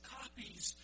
copies